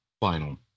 final